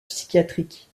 psychiatrique